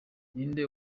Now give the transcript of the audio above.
ninde